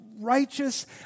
righteous